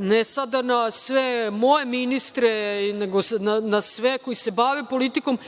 ne sada na sve moje ministre, nego na sve koji se bave politikom